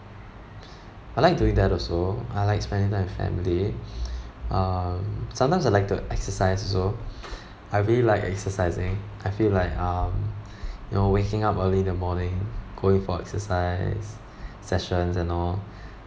I like doing that also I like spending time with family um sometimes I like to exercise also I really like exercising I feel like um you know waking up early in the morning going for exercise session and all